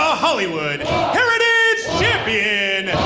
ah hollywood heritage champion.